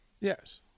Yes